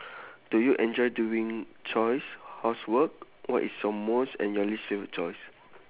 do you enjoy doing chores housework what is your most annoying favourite chores